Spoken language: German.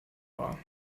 war